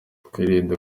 twirinde